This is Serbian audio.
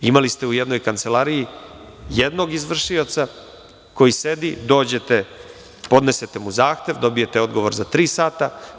Imali ste u jednoj kancelariji jednog izvršioca koji sedi, dođete podnese te mu zahtev dobijete odgovor za tri sata.